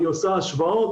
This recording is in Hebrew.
היא עושה השוואות.